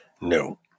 No